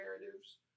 narratives